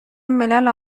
ملل